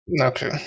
okay